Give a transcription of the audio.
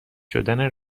شدن